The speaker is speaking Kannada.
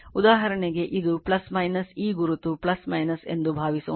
ಉದಾಹರಣೆಗೆ ಇದು ಈ ಗುರುತು ಎಂದು ಭಾವಿಸೋಣ